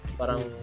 parang